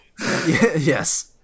Yes